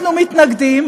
אנחנו מתנגדים,